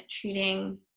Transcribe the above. treating